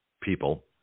people